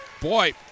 Boy